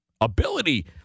Ability